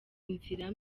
inzira